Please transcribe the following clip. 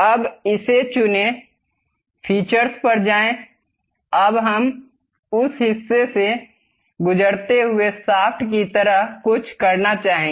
अब इसे चुनें फीचर्स पर जाएं अब हम उस हिस्से से गुजरते हुए शाफ्ट की तरह कुछ करना चाहेंगे